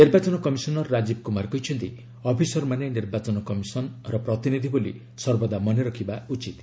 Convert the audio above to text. ନିର୍ବାଚନ କମିଶନର ରାଜୀବ କୁମାର କହିଛନ୍ତି ଅଫିସରମାନେ ନିର୍ବାଚନ କମିଶନ୍ ର ପ୍ରତିନିଧି ବୋଲି ସର୍ବଦା ମନେ ରଖିବା ଉଚିତ୍